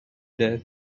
there